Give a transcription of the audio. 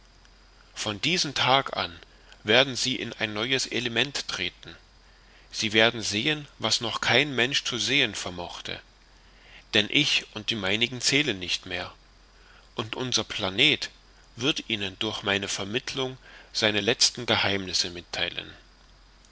von diesem tag an werden sie in ein neues element treten sie werden sehen was noch kein mensch zu sehen vermochte denn ich und die meinigen zählen nicht mehr und unser planet wird ihnen durch meine vermittlung seine letzten geheimnisse mittheilen